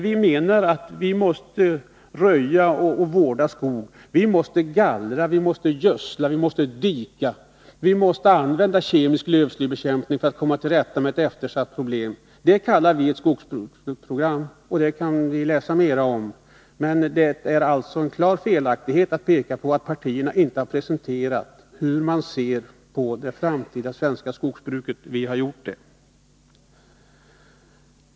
Vi anser att vi måste röja och vårda skogen, vi måste gallra, vi måste gödsla och vi måste dika. Vi måste också använda kemisk lövslybekämpning för att komma till rätta med ett eftersatt problem. Det kallar vi för ett skogsbruksprogram, och det kan ni läsa mera om. Det är alltså klart felaktigt att säga att partierna inte presenterat hur man ser på det framtida svenska skogsbruket. Vi har gjort det.